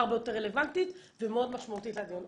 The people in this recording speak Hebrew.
הרבה יותר רלוונטית ומאוד משמעותית לדיון.